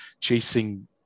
chasing